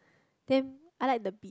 then I like the